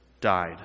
died